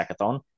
hackathon